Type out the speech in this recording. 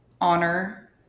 honor